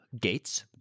gates